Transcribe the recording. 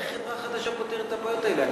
אבל איך חברה חדשה פותרת את הבעיות האלה?